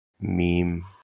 meme